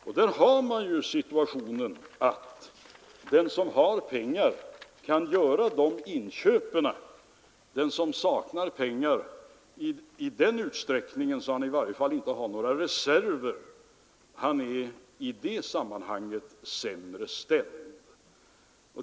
Då får man den situationen att den som har pengar kan göra de inköpen, och den som saknar pengar i den utsträckningen att han i varje fall inte har några reserver blir sämre ställd i det sammanhanget.